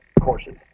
courses